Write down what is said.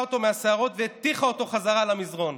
אותו מהשערות והטיחה אותו חזרה על המזרן.